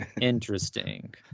interesting